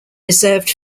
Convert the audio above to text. reserved